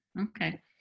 Okay